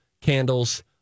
candles